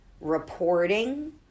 reporting